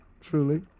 Truly